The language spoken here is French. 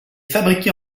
fabriquée